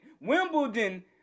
Wimbledon